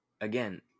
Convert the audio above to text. again